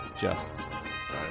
Jeff